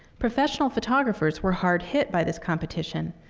professional photographers were hard hit by this competition.